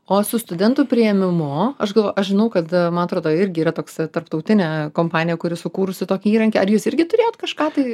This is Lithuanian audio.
o su studentų priėmimu aš galvojau aš žinau kad man atrodo irgi yra toks tarptautinė kompanija kuri sukūrusi tokį įrankį ar jūs irgi turėjot kažką tai